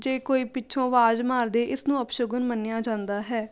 ਜੇ ਕੋਈ ਪਿੱਛੋਂ ਆਵਾਜ਼ ਮਾਰਦੇ ਇਸਨੂੰ ਅਪਸ਼ਗਨ ਮੰਨਿਆ ਜਾਂਦਾ ਹੈ